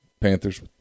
Panthers